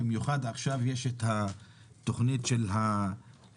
ובמיוחד כשיש עכשיו את התוכנית של הרכבת